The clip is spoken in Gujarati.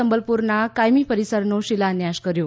સંબલપુરના કાયમી પરીસરનો શિલાન્યાસ કર્યો